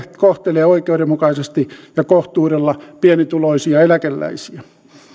kohtelee oikeudenmukaisesti ja kohtuudella pienituloisia eläkeläisiä